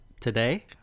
today